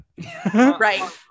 Right